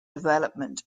development